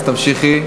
אז תמשיכי,